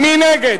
מי נגד?